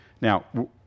Now